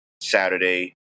Saturday